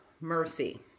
mercy